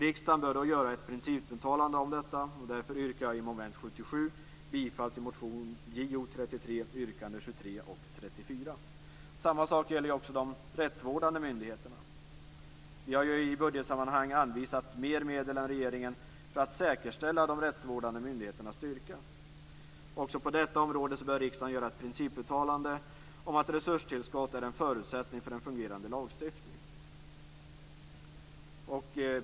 Riksdagen bör göra ett principuttalande om detta, och därför yrkar jag under mom. 77 bifall till motion Jo33 yrkande 23 och 34. Samma sak gäller också de rättsvårdande myndigheterna. Vi har i budgetsammanhang anvisat mer medel än regeringen för att säkerställa de rättsvårdande myndigheternas styrka. Också på detta område bör riksdagen göra ett principuttalande om att resurstillskott är en förutsättning för en fungerande lagstiftning.